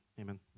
Amen